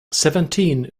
seventeen